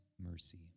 mercy